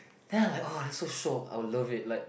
then I like oh so shock I'll love it like